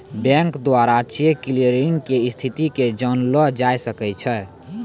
bank द्वारा cheque clearing के स्थिति के जानलो जाय सकै छै